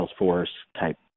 Salesforce-type